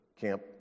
camp